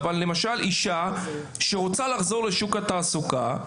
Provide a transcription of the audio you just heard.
אבל למשל אישה שרוצה לחזור לשוק התעסוקה,